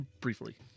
briefly